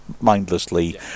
mindlessly